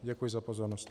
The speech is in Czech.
Děkuji za pozornost.